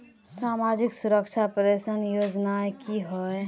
सामाजिक सुरक्षा पेंशन योजनाएँ की होय?